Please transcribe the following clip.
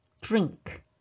drink